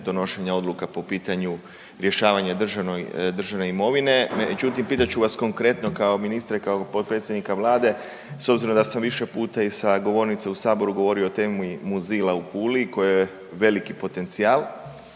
donošenja odluka po pitanju rješavanja državne imovine. Međutim, pitat ću vas konkretno kao ministra i kao potpredsjednika Vlade s obzirom da sam više puta i sa govornice u saboru govorio o temi Muzila u Puli koji je veliki potencijal,